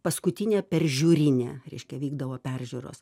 paskutinė peržiūrinė reiškia vykdavo peržiūros